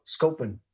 scoping